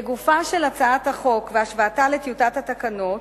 לגופה של הצעת החוק והשוואתה לטיוטת התקנות,